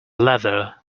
leather